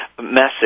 message